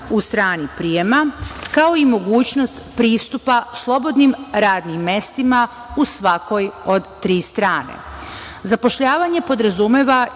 u strani prijema, kao i mogućnost pristupa slobodnim radnim mestima u svakoj od tri strane. Zapošljavanje podrazumeva